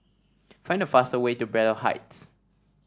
find the fastest way to Braddell Heights